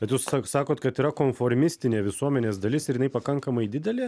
bet jūs sakot kad yra konformistinė visuomenės dalis ir jinai pakankamai didelė